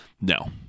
no